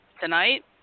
tonight